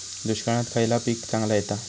दुष्काळात खयला पीक चांगला येता?